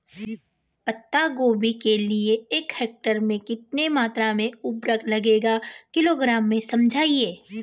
पत्ता गोभी के लिए एक हेक्टेयर में कितनी मात्रा में उर्वरक लगेगा किलोग्राम में समझाइए?